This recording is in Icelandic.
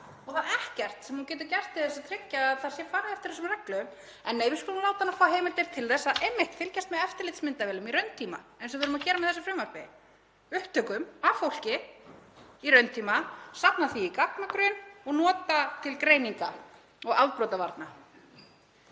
Það er ekkert sem hún getur gert til að tryggja að það sé farið eftir þessum reglum. En nei, við skulum láta lögregluna fá heimildir til þess einmitt að fylgjast með eftirlitsmyndavélum í rauntíma eins og við erum að gera með þessu frumvarpi. Upptökum af fólki í rauntíma, safna þeim í gagnagrunn og nota til greininga og afbrotavarna